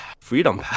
freedom